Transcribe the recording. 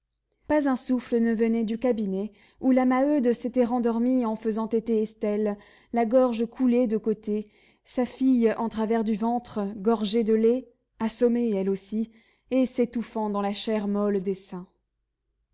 pas un souffle ne venait du cabinet où la maheude s'était rendormie en faisant téter estelle la gorge coulée de côté sa fille en travers du ventre gorgée de lait assommée elle aussi et s'étouffant dans la chair molle des seins